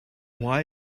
why